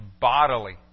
bodily